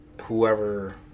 whoever